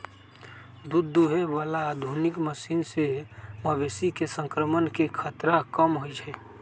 दूध दुहे बला आधुनिक मशीन से मवेशी में संक्रमण के खतरा कम होई छै